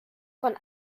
von